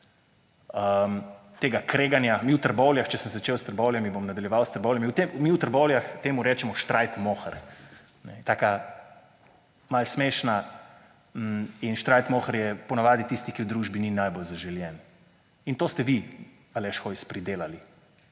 tega kreganja. Mi v Trbovljah - če sem začel s Trbovljami, bom nadaljeval s Trbovljami – mi v Trbovljah temu rečemo – štrajtmohar. Taka malo smešna. Štrajtmohar je ponavadi tisti, ki v družbi ni najbolj zaželen; in to ste vi, Aleš Hojs, pridelali